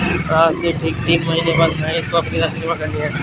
आज से ठीक तीन महीने बाद महेश को अपनी राशि जमा करनी है